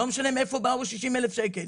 ולא משנה מאיפה באו ה-60 אלף שקל.